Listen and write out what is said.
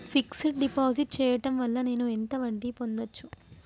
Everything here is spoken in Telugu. ఫిక్స్ డ్ డిపాజిట్ చేయటం వల్ల నేను ఎంత వడ్డీ పొందచ్చు?